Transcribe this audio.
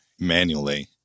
manually